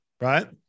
right